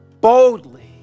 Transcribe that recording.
boldly